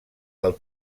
pel